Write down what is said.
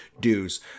dues